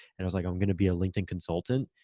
and i was like, i'm gonna be a linkedin consultant,